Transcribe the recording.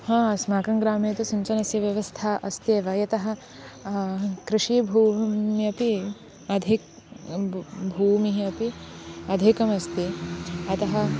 अमाकं ग्रामे तु सिञ्चनस्य व्यवस्था अस्त्येव यतः कृषिभूम्यपि अधिका भूमिः अपि अधिकमस्ति अतः